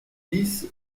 dix